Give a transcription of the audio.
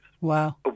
Wow